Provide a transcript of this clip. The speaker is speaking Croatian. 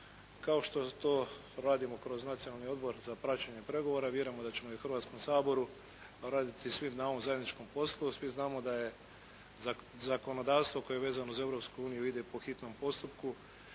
kao što to radimo kroz nacionalni odbor za praćenje pregovora. Vjerujem da ćemo i u Hrvatskom saboru raditi svi na ovom zajedničkom poslu. Svi znamo da je zakonodavstvo koje je vezano za Europsku uniju ide po hitnom postupku